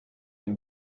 une